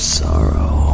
sorrow